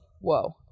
Whoa